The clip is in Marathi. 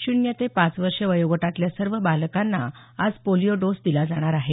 शून्य ते पाच वर्ष वयोगटातल्या सर्व बालकांना आज पोलिओ डोस दिला जाणार आहे